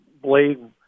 blade